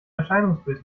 erscheinungsbild